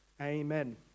amen